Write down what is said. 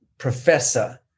Professor